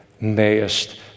mayest